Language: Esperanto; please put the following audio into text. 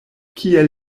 kiel